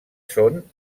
són